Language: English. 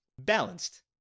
Balanced